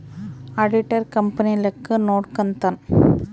auditor company ಲೆಕ್ಕ ನೋಡ್ಕಂತಾನ್